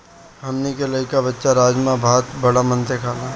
हमनी के लइका बच्चा राजमा भात बाड़ा मन से खाला